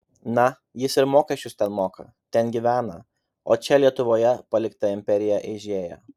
na jis ir mokesčius ten moka ten gyvena o čia lietuvoje palikta imperija eižėja